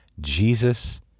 Jesus